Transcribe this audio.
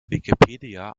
wikipedia